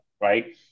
right